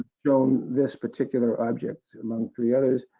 ah shown this particular object among three others.